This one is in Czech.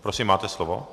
Prosím, máte slovo.